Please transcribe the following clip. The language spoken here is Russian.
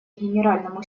генеральному